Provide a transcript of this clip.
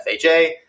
FHA